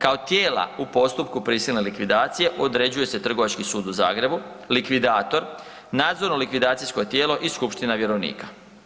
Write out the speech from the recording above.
Kao tijela u postupku prisilne likvidacije određuje se Trgovački sud u Zagrebu, likvidator, nadzorno likvidacijsko tijelo i skupština vjerovnika.